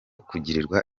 kugirwa